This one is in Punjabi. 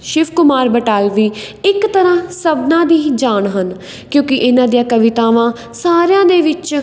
ਸ਼ਿਵ ਕੁਮਾਰ ਬਟਾਲਵੀ ਇੱਕ ਤਰ੍ਹਾਂ ਸਭਨਾਂ ਦੀ ਹੀ ਜਾਨ ਹਨ ਕਿਉਂਕਿ ਇਹਨਾਂ ਦੀਆਂ ਕਵਿਤਾਵਾਂ ਸਾਰਿਆਂ ਦੇ ਵਿੱਚ